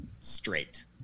straight